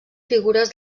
figures